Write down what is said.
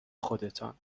خودتان